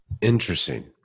Interesting